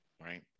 Right